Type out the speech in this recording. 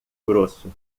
grosso